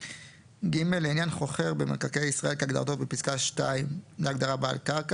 (ג) לעניין חוכר במקרקעי ישראל כהגדרתו בפסקה (2) להגדרה "בעל קרקע",